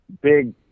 big